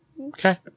Okay